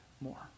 more